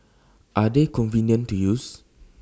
are they convenient to use